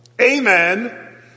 amen